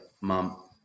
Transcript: mom